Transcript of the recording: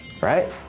right